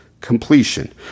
completion